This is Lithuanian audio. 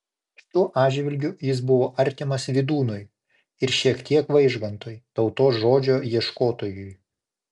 šiuo atžvilgiu jis buvo artimas vydūnui ir šiek tiek vaižgantui tautos žodžio ieškotojui